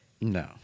No